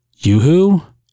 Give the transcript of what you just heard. yoohoo